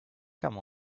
come